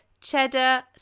cheddar